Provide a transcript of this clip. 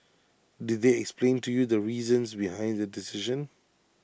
did they explain to you the reasons behind their decision